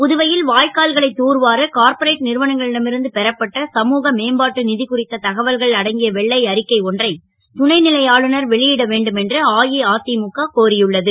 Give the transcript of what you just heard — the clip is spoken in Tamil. புதுவை ல் வா க்கால்களை தூர்வார கார்ப்ரெட் றுவனங்களிடம் இருந்து பெறப்பட்ட சமுக மேம்பாட்டு குறித்த தகவல்கள் அடங்கிய வெள்ளை அறிக்கை ஒன்றை துணை லை ஆளுநர் வெளி ட வேண்டும் என்று அஇஅ முக கோரியுள்ள து